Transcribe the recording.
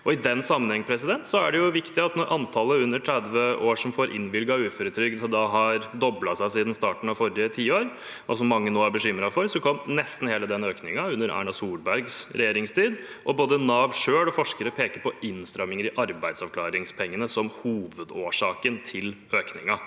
I den sammenheng er det viktig å nevne at når antallet under 30 år som får innvilget uføretrygd, har doblet seg siden starten av forrige tiår, noe mange nå er bekymret for, kom nesten hele den økningen under Erna Solbergs regjeringstid, og både Nav selv og forskere peker på innstramminger i arbeidsavklaringspengene som hovedårsaken til økningen.